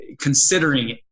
considering